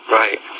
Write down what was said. right